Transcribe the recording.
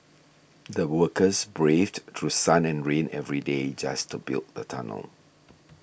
the workers braved through sun and rain every day just to build the tunnel